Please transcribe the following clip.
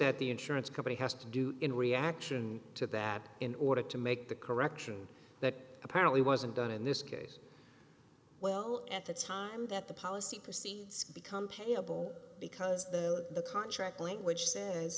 that the insurance company has to do in reaction to that in order to make the correction that apparently wasn't done in this case well at the time that the policy proceeds become payable because the contract language says